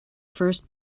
first